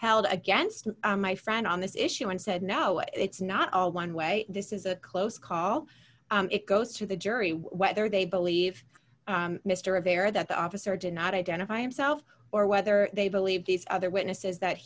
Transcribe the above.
held against my friend on this issue and said no it's not a one way this is a close call it goes to the jury whether they believe mr of there that the officer did not identify himself or whether they believe these other witnesses that